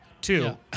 two